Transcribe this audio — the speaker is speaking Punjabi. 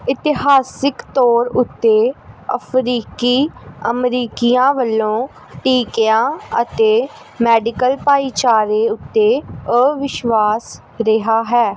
ਇਤਿਹਾਸਕ ਤੌਰ ਉੱਤੇ ਅਫ਼ਰੀਕੀ ਅਮਰੀਕੀਆਂ ਵੱਲੋਂ ਟੀਕਿਆਂ ਅਤੇ ਮੈਡੀਕਲ ਭਾਈਚਾਰੇ ਉੱਤੇ ਅਵਿਸ਼ਵਾਸ ਰਿਹਾ ਹੈ